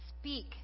speak